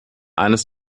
eines